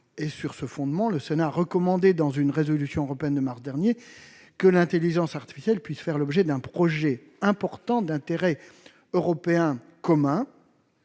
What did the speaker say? Sur ce fondement, le Sénat a recommandé dans une résolution européenne de mars dernier que l'intelligence artificielle puisse faire l'objet d'un projet important d'intérêt européen commun,